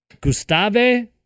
Gustave